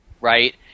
Right